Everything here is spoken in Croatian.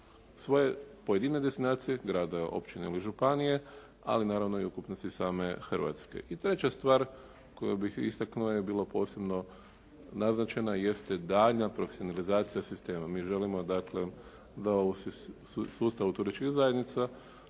svoje pojedine destinacije grada, općine ili županije ali naravno i ukupnosti same Hrvatske. I treća stvar koju bih istaknuo je bilo posebno naznačena jeste daljnja profesionalizacija sistema. Mi želimo dakle da u sustavu turističkih zajednica